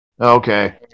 Okay